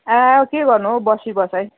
अँ के गर्नु हौ बसिबसाइ